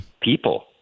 people